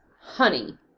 Honey